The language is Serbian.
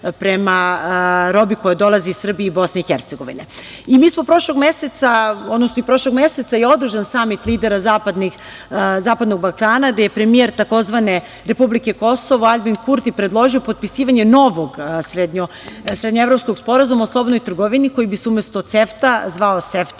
prema robi koja dolazi iz Srbije i Bosne i Hercegovine. Prošlog meseca je održan Samit lidera Zapadnog Balkana, gde je premijer takozvane republike Kosovo, Aljbin Kurti predložio potpisivanje novog Srednjoevropskog sporazuma o slobodnoj trgovini koji bi se umesto CEFTA zvao SEFTA,